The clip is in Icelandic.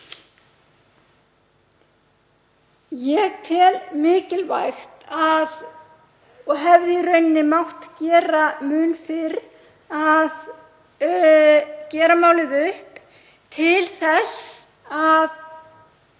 Ég tel mikilvægt og það hefði í rauninni mátt gera mun fyrr að gera málið upp til að